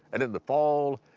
and in the fall,